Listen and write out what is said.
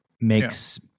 makes